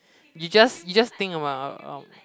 you just you just think about um